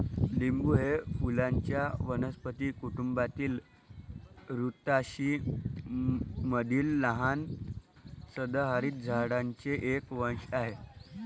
लिंबू हे फुलांच्या वनस्पती कुटुंबातील रुतासी मधील लहान सदाहरित झाडांचे एक वंश आहे